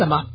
समाप्त